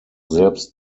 selbst